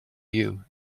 you